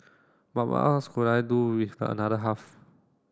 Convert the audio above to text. but what else could I do with the another half